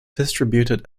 distributed